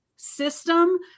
system